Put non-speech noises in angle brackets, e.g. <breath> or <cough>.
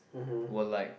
mmhmm <breath>